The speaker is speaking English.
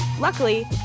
Luckily